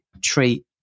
treat